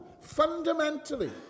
fundamentally